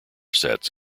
sets